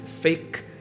fake